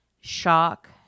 shock